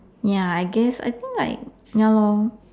ya I guess I think like ya lor